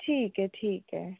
ठीक ऐ ठीक ऐ